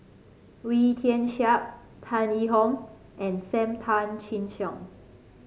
Wee Tian Siak Tan Yee Hong and Sam Tan Chin Siong